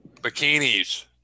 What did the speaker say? bikinis